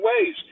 ways